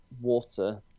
water